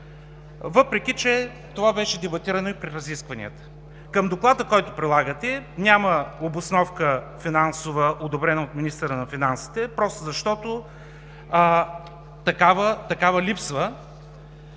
въпреки че това беше дебатирано и при разискванията?! Към доклада, който прилагате, няма финансова обосновка, одобрена от министъра на финансите, защото такава липсва.